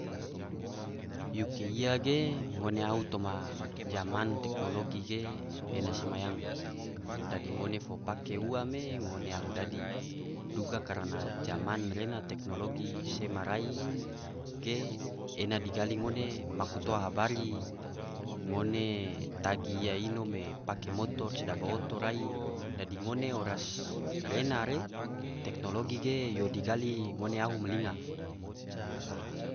Yuke iya ge ngone ahu toma zaman teknologi ge ena sema yang, dadi ngone fo pake ua me ngone ahu dadi, duga karana zaman rena teknologi sema rai ge ena digali ngone maku toa habari, ngone tagi iya ino me pake motor sedaba oto rai dadi ngone oras rena re teknologi ge yo digali ngone ahu ma linga.